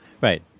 Right